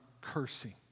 cursing